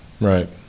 right